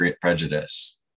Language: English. prejudice